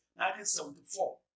1974